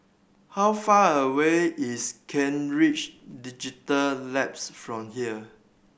how far away is Kent Ridge Digital Labs from here